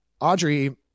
Audrey